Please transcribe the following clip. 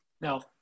No